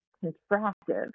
constructive